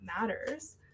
matters